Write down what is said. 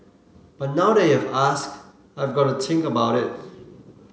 but now that you've asked I've got to think about it